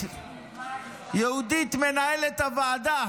מנהלת הוועדה,